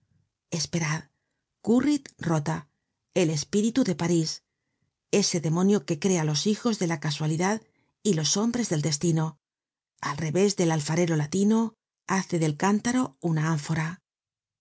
esperad currit rota el espíritu de parís ese demonio que crea los hijos de la casualidad y los hombres del destino al révés del alfarero latino hace del cántaro una ánfora